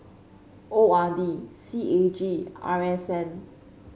O R D C A G R S N